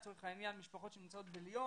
לצורך העניין משפחות שנמצאות בליאון